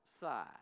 side